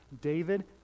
David